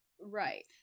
Right